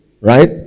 right